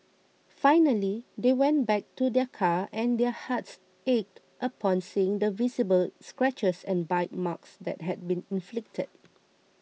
finally they went back to their car and their hearts ached upon seeing the visible scratches and bite marks that had been inflicted